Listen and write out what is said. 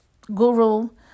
guru